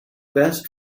best